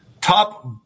Top